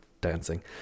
dancing